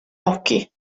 occhi